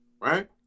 right